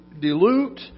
dilute